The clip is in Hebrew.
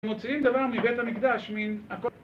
מוציאים דבר מבית המקדש, מן הכל...